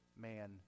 man